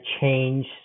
change